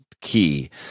key